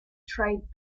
trade